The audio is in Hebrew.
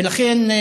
ולכן,